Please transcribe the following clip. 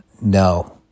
no